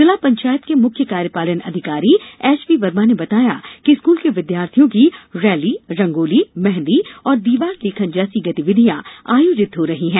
जिला पंचायत के मुख्य कार्यपालन अधिकारी एचपी वर्मा ने बताया कि स्कूल के विद्यार्थियों की रैली रंगोली मेहंदी और दीवार लेखन जैसी गतिविधियां आयोजित हो रहीं हैं